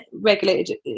regulated